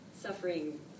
suffering